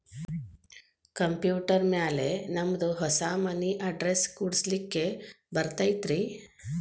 Computer ಮ್ಯಾಲೆ ನಮ್ದು ಹೊಸಾ ಮನಿ ಅಡ್ರೆಸ್ ಕುಡ್ಸ್ಲಿಕ್ಕೆ ಬರತೈತ್ರಿ?